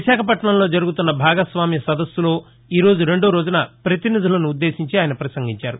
విశాఖపట్నంలో జరుగుతున్న భాగస్వామ్య సదస్సు ఈరోజు రెండవ రోజున ప్రతినిధులను ఉద్దేశించి ఆయన ప్రసంగించారు